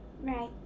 right